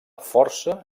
força